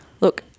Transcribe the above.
Look